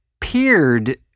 peered